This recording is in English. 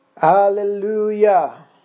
Hallelujah